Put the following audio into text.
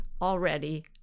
already